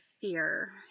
fear